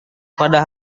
pada